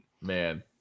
man